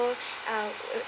uh